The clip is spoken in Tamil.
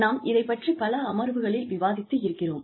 நாம் இதைப் பற்றி பல அமர்வுகளில் விவாதித்து இருக்கிறோம்